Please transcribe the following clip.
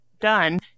done